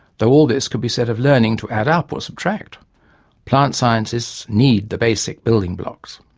though all this could be said of learning to add up or subtract plant scientists need the basic building blocks.